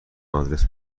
آدرس